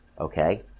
Okay